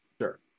Sure